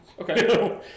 Okay